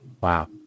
Wow